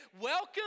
Welcome